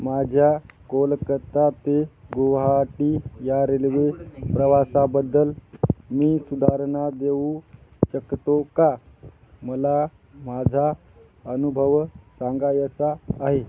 माझ्या कोलकत्ता ते गुहाटी या रेल्वे प्रवासाबद्दल मी सुधारणा देऊ शकतो का मला माझा अनुभव सांगायचा आहे